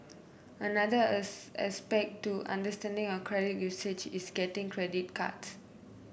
another aspect to understanding your credit usage is getting credit cards